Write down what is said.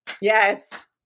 Yes